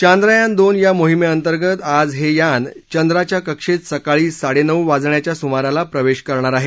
चांद्रयान दोन या मोहिमेअंतर्गत आज हे यान चंद्राच्या कक्षेत सकाळी साडेनऊ वाजण्याच्या सुमाराला प्रवेश करणार आहे